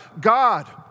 God